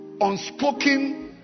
unspoken